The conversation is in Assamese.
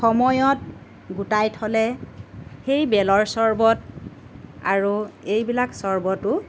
সময়ত গোটাই থ'লে সেই বেলৰ চৰ্বত আৰু এইবিলাক চৰ্বতো